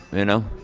you know?